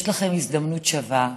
יש לכם הזדמנות שווה,